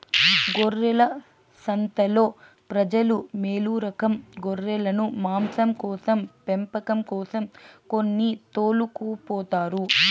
గొర్రెల సంతలో ప్రజలు మేలురకం గొర్రెలను మాంసం కోసం పెంపకం కోసం కొని తోలుకుపోతారు